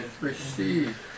Receive